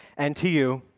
and to you